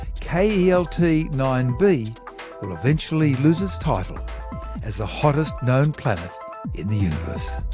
k e e l t nine b will eventually lose its title as the hottest known planet in the universe